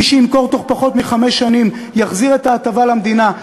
מי שימכור בתוך פחות מחמש שנים יחזיר את ההטבה למדינה,